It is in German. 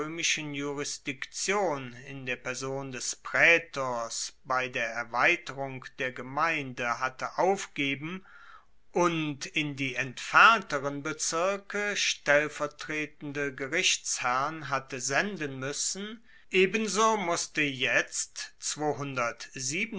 jurisdiktion in der person des praetors bei der erweiterung der gemeinde hatte aufgeben und in die entfernteren bezirke stellvertretende gerichtsherren hatte senden muessen ebenso masste jetzt